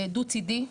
דו צידי.